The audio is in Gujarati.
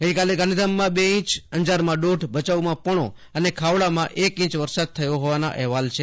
ગઈકાલે ગાંધીધામમાં બે ઇંચઅંજારમાં દોઢભચાઉમાં પોણો અને ખાવડામાં એક ઇંચ વરસાદ થયી હોવાના અહેવાલ મળે છે